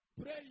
Pray